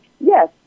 Yes